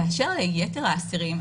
באשר ליתר האסירים,